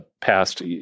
past